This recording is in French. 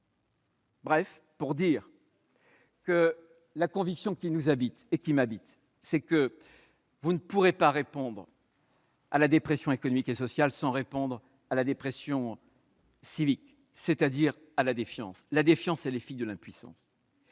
pour dire la conviction qui m'habite : vous ne pourrez pas répondre à la dépression économique et sociale sans répondre à la dépression civique, c'est-à-dire à la défiance- cette défiance qui est fille de l'impuissance,